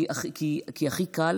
כי הכי קל